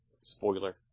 Spoiler